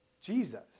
Jesus